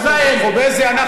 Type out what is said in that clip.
וז' חוביזה הוא אכל.